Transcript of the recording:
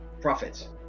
profits